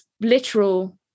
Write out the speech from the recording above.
literal